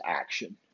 action